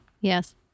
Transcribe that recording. Yes